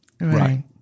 Right